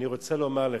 אני רוצה לומר לך,